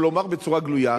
או לומר בצורה גלויה,